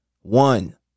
One